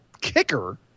kicker